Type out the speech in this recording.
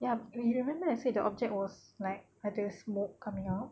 ya you remember that I said the object was like ada smoke coming out